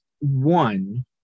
One